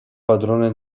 padrone